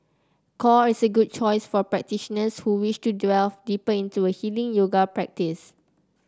core is a good choice for practitioners who wish to delve deeper into a healing yoga practice